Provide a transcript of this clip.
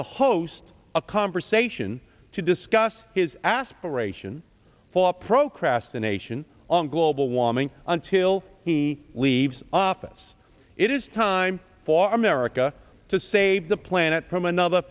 to host a conversation to discuss his aspirations for pro kras the nation on global warming until he leaves office it is time for america to save the planet from another